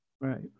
Right